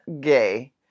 gay